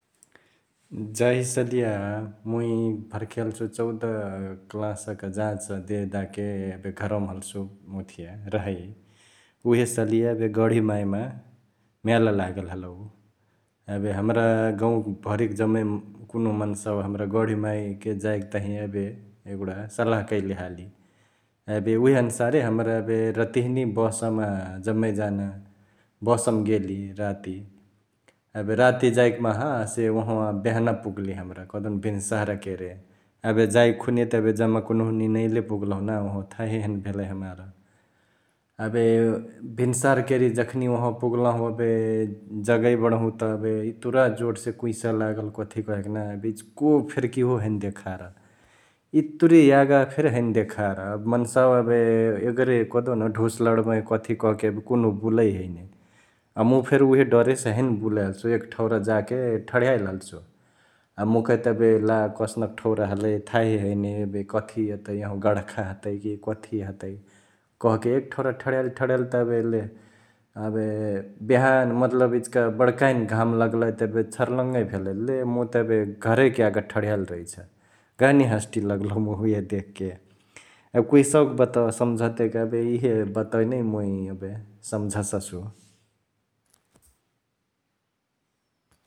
जाही सलिया मुइ भरखे हल्सु चौध क्लासक जांच देदाके एबे घरवामा हल्सु ओथिया रहई उहे सलिया एबे गढैमाइमा म्याला लागल हलौ । एबे हमरा गौंवाभरिक जम्मै कुन्हु मन्सावा हमरा गढिमाइके जाइक तहिया एबे एगुडा सल्लाह कैले हाली । एबे उहे अनुसारे हमरा एबे रतिहिनै बसमा जम्मे जना बसमा गेली राति, एबे राती जाइक माहा हसे ओहवा बिहना पुगली हमरा कहदेउन भिनसहरा केरे । एबे जाइक खुनि त एबे जम्मा कुन्हु निनैले पुगल्हु ना ओहवा थाहे हैने भेलई हमार । एबे भिन्साहार केरे जखनी ओहावा पुगलहु एबे जगै बडहुत एबे इतुरा जोड से कुइसा लागल कथी कहेके ना एबे इचिको फेरी किहो हैने देखार्, इतुरी यागा फेरी हैने देखार एबे मन्सावा एबे यगरे कहदेउन ढुस लड्बही कथी कहके एबे कुन्हु बुलई हैने । अ मुइ फेरी उहे डरेसे हैने बुलई हल्सु, एक ठौरा जाके ठढ्याइली हल्सु । मुइ कहैत एबे ला कसनक ठौरा हलई थाहे हैने एबे कथी एतै यहाँवा गण्खा हतै कि कथी हतै कहके एक ठौरा ठढ्याइली ठढ्याइली त एबे ले एबे बिहान मतलब इचिका बड्काहिन घाम लग्लई एबे छरलङै भेलई ले मुइ त एबे घरैक यागा ठढ्याइली रैछ, गहनी हंस्टी लगलौ उहे देखके । एबे कुइसावाक बतवा समझतेक एबे इहे बतवा नै मुइ एबे सम्झससु ।